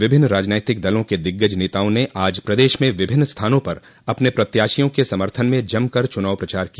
विभिन्न राजनीतिक दलों के दिग्गजे नेताओं ने आज प्रदेश में विभिन्न स्थानों पर अपने प्रत्याशियों के समथन में जमकर चुनाव प्रचार किया